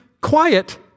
quiet